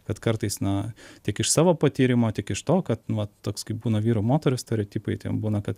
kad kartais na tik iš savo patyrimo tik iš to kad nu toks kai būna vyro moters stereotipai ten būna kad